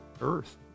earth